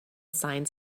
signs